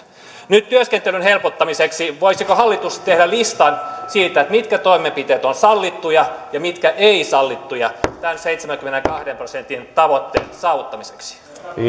nyt työskentelyn helpottamiseksi voisiko hallitus tehdä listan siitä mitkä toimenpiteet ovat sallittuja ja mitkä eivät sallittuja tämän seitsemänkymmenenkahden prosentin tavoitteen saavuttamiseksi